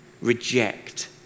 Reject